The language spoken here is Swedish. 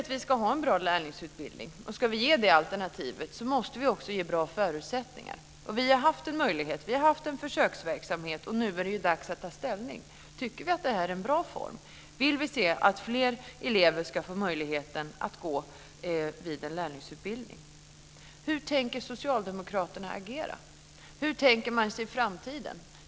Om vi vill ha en bra lärlingsutbildning som ett alternativ måste vi också ge det bra förutsättningar. Vi har haft en möjlighet. Vi har haft en försöksverksamhet. Nu är det dags att ta ställning. Tycker vi att det här är en bra form? Vill vi att fler elever ska få möjligheten att gå en lärlingsutbildning? Hur tänker Socialdemokraterna agera? Hur tänker man sig framtiden?